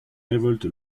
révolte